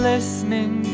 Listening